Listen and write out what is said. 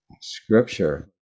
scripture